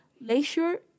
leisure